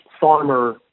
farmer